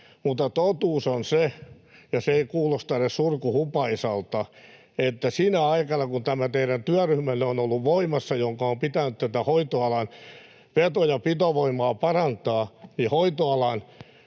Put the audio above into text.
mutta totuus on se — ja se ei kuulosta edes surkuhupaisalta — että sinä aikana, kun tämä teidän työryhmänne on ollut voimassa, jonka on pitänyt tätä hoitoalan veto- ja pitovoimaa parantaa, niin hoitoalan